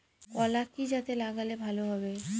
কলাই কি জাতে লাগালে ভালো হবে?